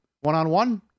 one-on-one